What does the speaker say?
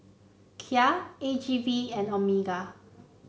Kia A G V and Omega